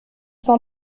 cent